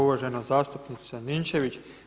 Uvažena zastupnice Ninčević.